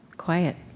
quiet